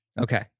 Okay